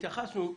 התייחסנו.